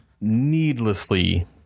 needlessly